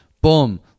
Boom